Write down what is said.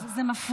מירב, זה מפריע.